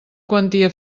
quantia